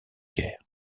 guerre